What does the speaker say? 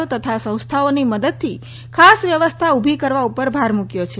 સમુદાયો તથા સંસ્થાઓની મદદથી ખાસ વ્યવસ્થા ઊભી કરવા ઉપર ભાર મૂક્યો છે